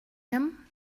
him